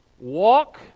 Walk